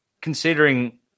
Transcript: considering